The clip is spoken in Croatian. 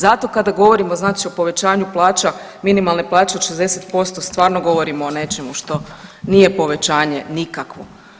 Zato kada govorimo o povećanju plaća minimalne plaće od 60% stvarno govorimo o nečemu što nije povećanje nikakvo.